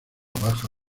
baja